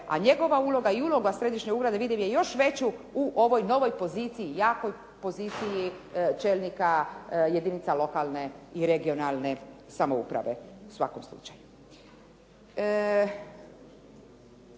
a njegova uloga i uloga Središnjeg ureda je vidim još veću u ovoj novoj poziciji, jakoj poziciji čelnika jedinica lokalne i regionalne samouprave u svakom slučaju.